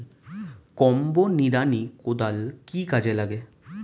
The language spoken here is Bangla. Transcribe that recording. কম্বো নিড়ানি কোদাল কি কাজে লাগে?